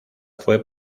fue